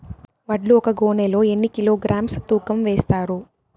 వడ్లు ఒక గోనె లో ఎన్ని కిలోగ్రామ్స్ తూకం వేస్తారు?